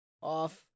off